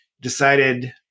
decided